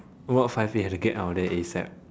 rot five A have to get out of there ASAP